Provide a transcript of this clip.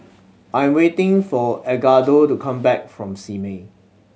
I am waiting for Edgardo to come back from Simei